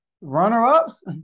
runner-ups